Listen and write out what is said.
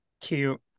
cute